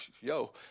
Yo